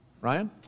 Ryan